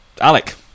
Alec